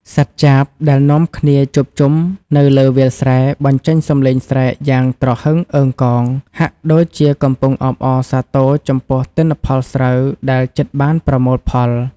សត្វចាបដែលនាំគ្នាជួបជុំនៅលើវាលស្រែ បញ្ចេញសំឡេងស្រែកយ៉ាងត្រហឹងអឹងកង ហាក់ដូចជាកំពុងអបអរសាទរចំពោះទិន្នផលស្រូវដែលជិតបានប្រមូលផល។